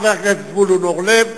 חבר הכנסת זבולון אורלב,